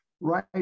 right